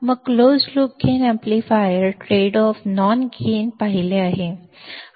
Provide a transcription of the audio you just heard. मग closed loop gain amplifier trade off gain पाहिले आहे